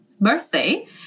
birthday